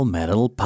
Metal